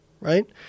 Right